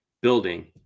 building